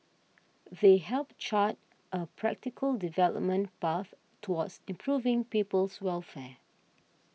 they help chart a practical development path towards improving people's welfare